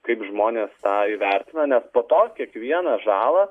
kaip žmonės tą įvertina nes po to kiekvieną žalą